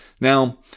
Now